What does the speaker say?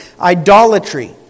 idolatry